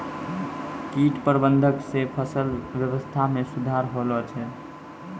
कीट प्रबंधक से फसल वेवस्था मे सुधार होलो छै